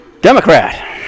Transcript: Democrat